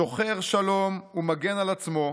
שוחר שלום ומגן על עצמו,